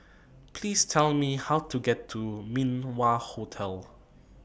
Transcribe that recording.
Please Tell Me How to get to Min Wah Hotel